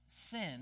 sin